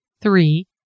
Three